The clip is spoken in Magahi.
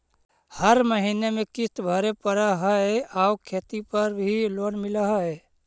हर महीने में किस्त भरेपरहै आउ खेत पर भी लोन मिल है?